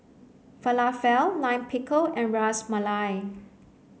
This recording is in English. Falafel Lime Pickle and Ras Malai